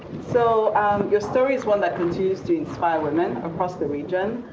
so your story is one that continues to inspire women across the region.